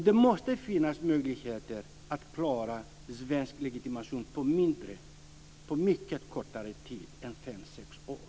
Det måste finnas möjligheter att klara en svensk legitimation på mycket kortare tid än fem sex år.